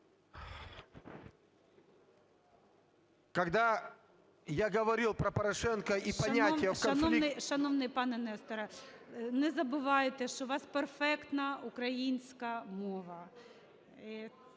Шановний пане Несторе, не забувайте, що у вас перфектна українська мова.